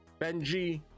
benji